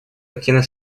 активно